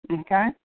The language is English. okay